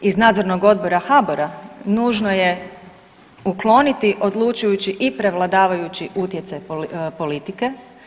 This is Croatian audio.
Iz nadzornog odbora HBOR-a nužno je ukloniti odlučujući i prevladavajući utjecaj politike.